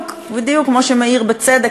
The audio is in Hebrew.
הזה, רק כדי להיות מובלים משם לשחיטה.